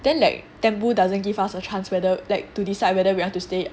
then like taboo doesn't give us a chance whether like to decide whether you want to stay